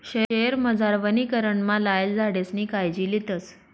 शयेरमझार वनीकरणमा लायेल झाडेसनी कायजी लेतस